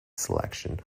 selection